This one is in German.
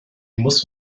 muss